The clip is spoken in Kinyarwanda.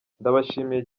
ndabashimiye